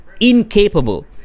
Incapable